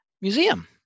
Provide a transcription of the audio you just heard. museum